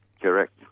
Correct